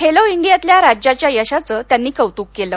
खेलो इंडियातल्या राज्याच्या यशाचं त्यांनी कौतुक केलं